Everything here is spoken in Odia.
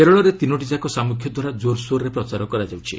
କେରଳରେ ତିନୋଟି ଯାକ ସାମ୍ମୁଖ୍ୟ ଦ୍ୱାରା କୋରସୋରରେ ପ୍ରଚାର କରାଯାଉଛି